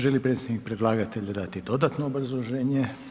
Želi li predstavnik predlagatelja dati dodatno obrazloženje?